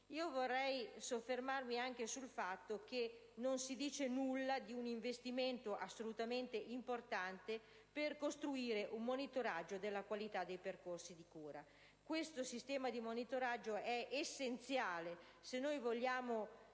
Vorrei soffermarmi anche sul fatto che non si dice nulla di un investimento assolutamente importante per costruire un monitoraggio della qualità dei percorsi di cura. Questo sistema di monitoraggio è essenziale se vogliamo